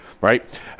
right